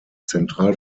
central